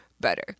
better